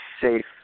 safe